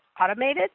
automated